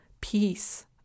peace